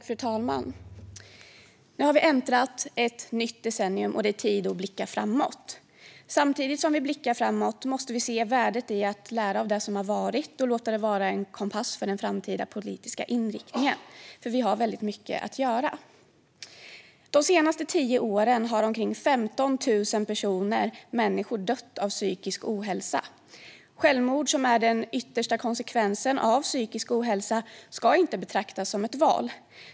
Fru talman! Nu har vi gått in i ett nytt decennium, och det är tid att blicka framåt. Samtidigt som vi blickar framåt måste vi se värdet i att lära av det som har varit och låta det vara en kompass för den framtida politiska inriktningen, för vi har mycket att göra. De senaste tio åren har omkring 15 000 människor dött av psykisk ohälsa. Självmord, som är den yttersta konsekvensen av psykisk ohälsa, ska inte betraktas som ett val.